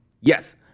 Yes